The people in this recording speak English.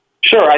Sure